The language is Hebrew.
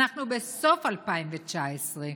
אנחנו בסוף 2019,